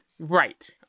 Right